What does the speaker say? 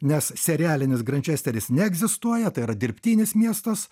nes serialinis grančesteris neegzistuoja tai yra dirbtinis miestas